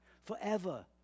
forever